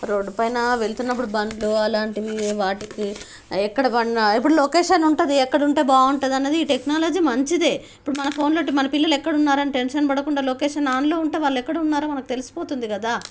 road పైన వెళ్తున్నప్పుడు బండ్లు అలాంటివి వాటికి ఎక్కడ పడిన ఇప్పుడు లొకేషన్ ఉంటుంది ఎక్కడ ఉంటారు ఉంటుంది అనేది ఈ టెక్నాలజీ మంచిదే ఇప్పుడు మన ఫోన్తోటి మన పిల్లలు ఎక్కడ ఉన్నారని టెన్షన్ పడకుండా లొకేషన్ ఆన్లో ఉంటే వాళ్ళు ఎక్కడ ఉన్నారో మనకు తెలిసిపోతుంది కదా